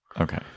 Okay